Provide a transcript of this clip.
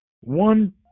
one